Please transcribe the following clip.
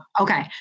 Okay